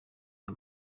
aya